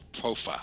profile